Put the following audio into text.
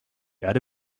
erde